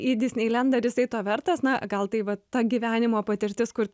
į disneilendą ar jisai to vertas na gal tai vat ta gyvenimo patirtis kur